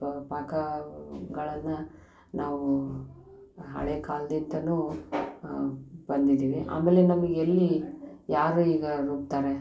ಪಾಕಗಳನ್ನು ನಾವು ಹಳೆಯ ಕಾಲ್ದಿಂದಲೂ ಬಂದಿದ್ದೀವಿ ಆಮೇಲೆ ನಮ್ಗೆ ಎಲ್ಲಿ ಯಾರು ಈಗ ರುಬ್ಬುತ್ತಾರೆ